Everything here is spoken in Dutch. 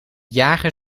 jager